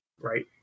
right